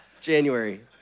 January